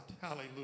Hallelujah